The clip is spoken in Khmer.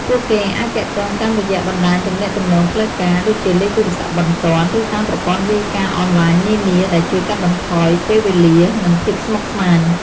ពួកគេអាចទាក់ទងតាមរយបណ្តាញទំនាក់ទំនងផ្លូវការ ដូចជាលេខទូរស័ព្ទបន្ទាន់ ឬតាមប្រព័ន្ធរាយការណ៍អនឡាញនានា ដែលជួយកាត់បន្ថយពេលវេលា និងភាពស្មុគស្មាញ។